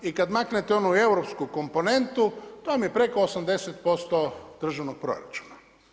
I kada maknete onu europsku komponentu to vam je preko 80% državnog proračuna.